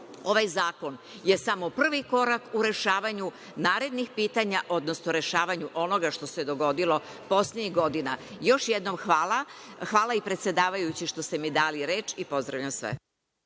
ovaj zakon je samo prvi korak u rešavanju narednih pitanja, odnosno rešavanju onoga što se dogodilo poslednjih godina. Još jednom hvala. Hvala i predsedavajući što ste mi dali reč i pozdravljam sve.